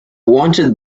wanted